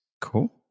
Cool